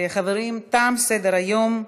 חברים, תם סדר-היום.